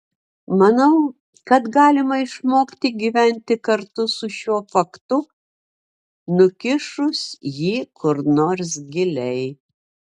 manau kad galima išmokti gyventi kartu su šiuo faktu nukišus jį kur nors giliai